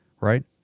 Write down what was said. right